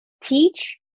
teach